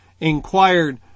inquired